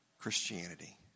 Christianity